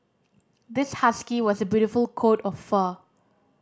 this husky was a beautiful coat of fur